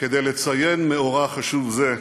כדי לציין מאורע חשוב זה,